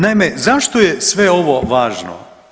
Naime, zašto je sve ovo važno?